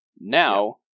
Now